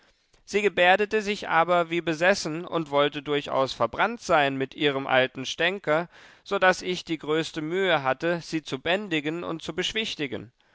sie gebärdete sich aber wie besessen und wollte durchaus verbrannt sein mit ihrem alten stänker so daß ich die größte mühe hatte sie zu bändigen und zu beschwichtigen